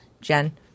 Jen